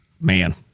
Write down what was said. Man